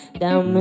down